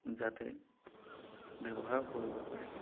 যাতে ব্যৱহাৰ কৰিব পাৰে